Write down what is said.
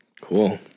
Cool